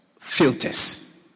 filters